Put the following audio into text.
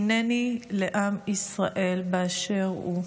הינני לעם ישראל באשר הוא.